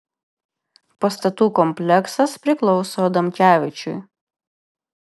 pastatų kompleksas priklauso adamkevičiui